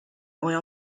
oil